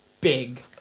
big